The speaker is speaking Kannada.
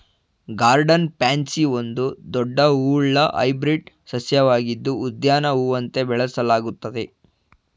ಗಾರ್ಡನ್ ಪ್ಯಾನ್ಸಿ ಒಂದು ದೊಡ್ಡ ಹೂವುಳ್ಳ ಹೈಬ್ರಿಡ್ ಸಸ್ಯವಾಗಿದ್ದು ಉದ್ಯಾನ ಹೂವಂತೆ ಬೆಳೆಸಲಾಗ್ತದೆ